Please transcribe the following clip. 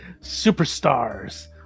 superstars